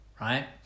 right